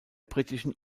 britischen